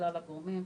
כלל הגורמים,